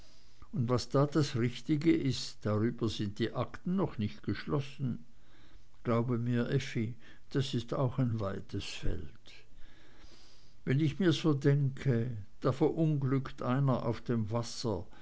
und was da das richtige ist darüber sind die akten noch nicht geschlossen glaube mir effi das ist auch ein weites feld wenn ich mir so denke da verunglückt einer auf dem wasser